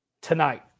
Tonight